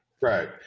right